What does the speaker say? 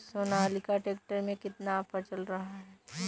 Sonalika tractor में कितना offer चल रहा है?